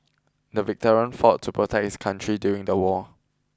the veteran fought to protect his country during the war